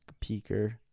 Peeker